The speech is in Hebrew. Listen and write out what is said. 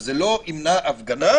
שזה לא ימנע הפגנה,